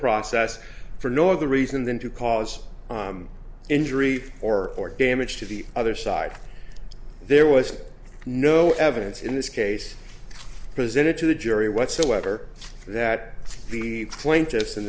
process for no other reason than to cause injury or or damage to the other side there was no evidence in this case presented to the jury whatsoever that the plaintiffs in